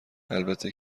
البته